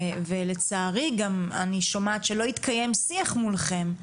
ולצערי גם אני שומעת שלא התקיים שיח מולכם,